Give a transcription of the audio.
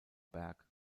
berg